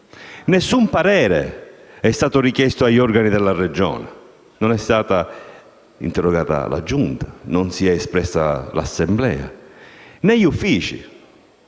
Nessun parere è stato richiesto agli organi della Regione. Non è stata interrogata la Giunta. Non si sono espressi l'Assemblea e neanche gli uffici.